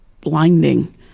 blinding